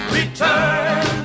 Return